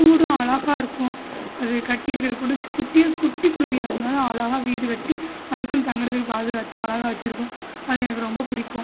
கூடும் அழகாயிருக்கும் அதுங்க கட்டியிருக்குற கூடு குட்டியாக குட்டிக்குருவியாக இருந்தாலும் அழகாக வீடுக்கட்டி அதுக்குன்னு தங்கிறதுக்கு பாதுகாத்து அழகாக வச்சுருக்கும் அது எனக்கு ரொம்ப பிடிக்கும்